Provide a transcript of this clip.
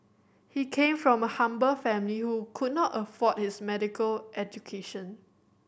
he came from a humble family who could not afford his medical education